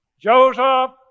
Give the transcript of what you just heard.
Joseph